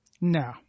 No